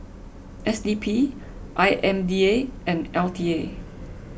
S D P I M D A and L T A